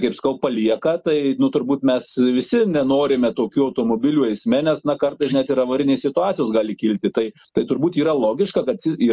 kaip sakau palieka tai turbūt mes visi nenorime tokių automobilių eisme nes na kartais net ir avarinės situacijos gali kilti tai tai turbūt yra logiška kad yra